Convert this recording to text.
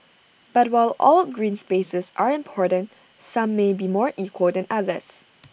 but while all green spaces are important some may be more equal than others